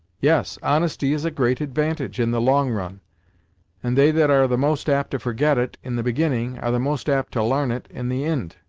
yes, honesty is a great advantage, in the long run and they that are the most apt to forget it in the beginning, are the most apt to l'arn it in the ind.